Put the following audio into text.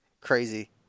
crazy